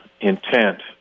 intent